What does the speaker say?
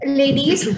ladies